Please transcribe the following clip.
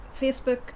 Facebook